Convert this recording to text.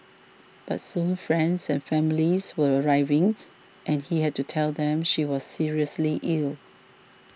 but soon friends and families were arriving and he had to tell them she was seriously ill